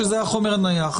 שזה החומר הנייח.